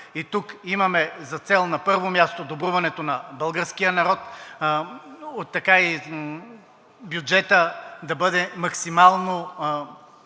и тук имаме за цел, на първо място, добруването на българския народ, бюджетът да бъде максимално